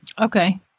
Okay